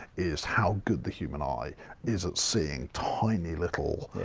is how good the human eye is at seeing tiny little